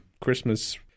Christmas